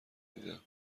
دیدم